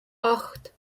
acht